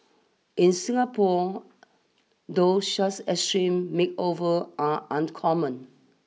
in Singapore though such extreme makeover are uncommon